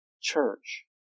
church